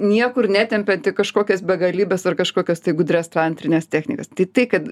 niekur netempiant į kažkokias begalybes ar kažkokias tai gudrias trantrines technikas tai tai kad